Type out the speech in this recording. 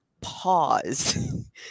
pause